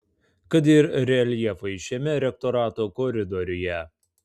kad ir reljefai šiame rektorato koridoriuje